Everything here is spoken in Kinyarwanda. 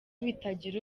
bitagira